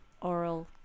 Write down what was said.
oral